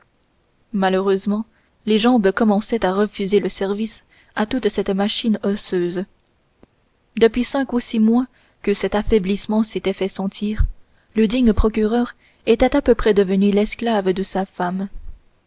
malheureusement les jambes commençaient à refuser le service à toute cette machine osseuse depuis cinq ou six mois que cet affaiblissement s'était fait sentir le digne procureur était à peu près devenu l'esclave de sa femme